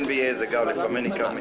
צהריים טובים.